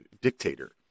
dictator